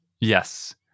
Yes